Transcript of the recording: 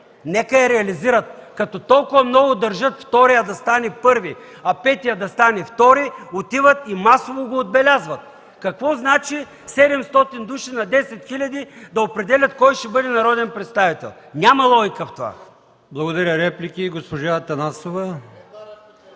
Нека я реализират, като много държат вторият да стане първи, а петият да стане втори, отиват и масово го отбелязват. Какво означава 700 души на 10 хиляди да определят кой ще бъде народен представител?! Няма логика в това. ПРЕДСЕДАТЕЛ АЛИОСМАН ИМАМОВ: Благодаря.